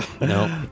no